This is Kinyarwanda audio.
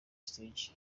stage